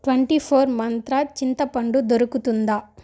twenty four మంత్ర చింతపండు దొరుకుతుందా